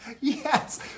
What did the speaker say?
Yes